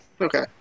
Okay